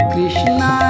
Krishna